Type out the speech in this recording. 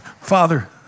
Father